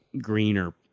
greener